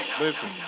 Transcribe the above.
listen